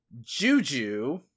Juju